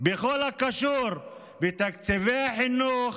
בכל הקשור לתקציבי החינוך,